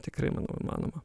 tikrai manau įmanoma